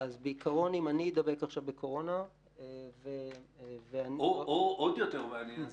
אז בעיקרון אם אני אדבק עכשיו בקורונה --- הוא עוד יותר מעניין.